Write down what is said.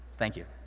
thank you.